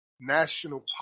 national